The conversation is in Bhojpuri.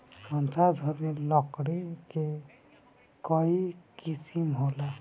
संसार भर में लकड़ी के कई किसिम होला